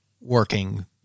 working